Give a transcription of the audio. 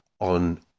on